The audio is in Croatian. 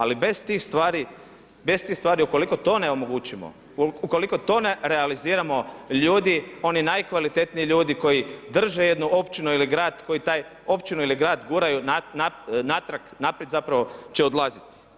Ali bez tih stvari, ukoliko to ne omogućimo, ukoliko to ne realiziramo ljudi, oni najkvalitetniji ljudi koji drže jednu općinu ili grad koji taj općinu ili grad guraju naprijed će odlazit.